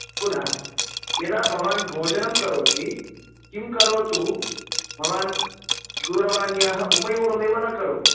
पुनः यदा भवान् भोजनं करोति किं करोतु भवान् दूरवाण्याः उपयोगमेव न करोतु